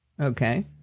Okay